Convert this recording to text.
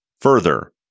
Further